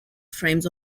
frames